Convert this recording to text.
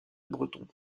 breton